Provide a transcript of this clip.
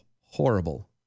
horrible